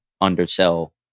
undersell